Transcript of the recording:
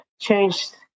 changed